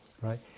right